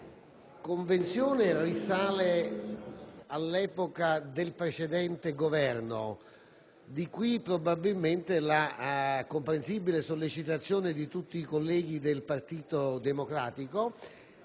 Convenzione risale all'epoca del precedente Governo; da qui probabilmente la comprensibile sollecitazione di tutti i colleghi del Partito Democratico,